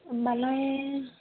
होमबालाय